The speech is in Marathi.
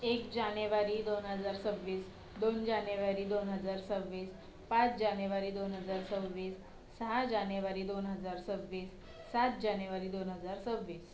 एक जानेवारी दोन हजार सव्वीस दोन जानेवारी दोन हजार सव्वीस पाच जानेवारी दोन हजार सव्वीस सहा जानेवारी दोन हजार सव्वीस सात जानेवारी दोन हजार सव्वीस